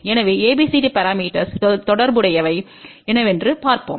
எனவே ABCD parameters தொடர்புடையவை என்னவென்று பார்ப்போம்